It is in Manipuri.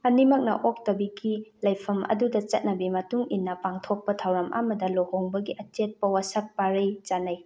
ꯑꯅꯤꯃꯛꯅ ꯑꯣꯛꯇꯕꯤꯒꯤ ꯂꯩꯐꯝ ꯑꯗꯨꯗ ꯆꯠꯅꯕꯤ ꯃꯇꯨꯡꯏꯟꯅ ꯄꯥꯡꯊꯣꯛꯄ ꯊꯧꯔꯝ ꯑꯃꯗ ꯂꯨꯍꯣꯡꯕꯒꯤ ꯑꯆꯦꯠꯄ ꯋꯥꯁꯛ ꯄꯔꯩ ꯆꯟꯅꯩ